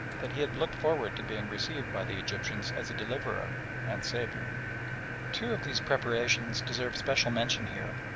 that he had looked forward to being received by the egyptians as a deliverer and saviour. two of these preparations deserve special mention here.